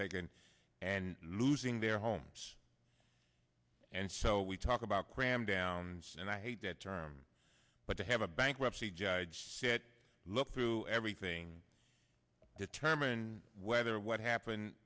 taken and losing their homes and so we talk about gram downs and i hate that term but to have a bankruptcy judge said look through everything determine whether what happened